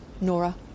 Nora